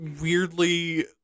weirdly